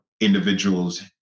individuals